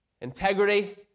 Integrity